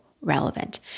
relevant